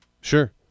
Sure